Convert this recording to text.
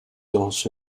also